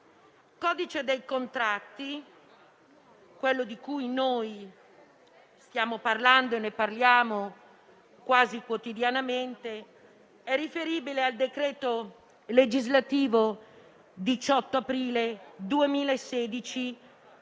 Il codice dei contratti, quello di cui stiamo parlando e di cui parliamo quasi quotidianamente, è riferibile al decreto legislativo del 18 aprile 2016,